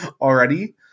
Already